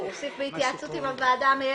בסעיף 30 הוא הוסיף בהתייעצות עם הוועדה המייעצת.